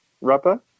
rubber